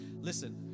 listen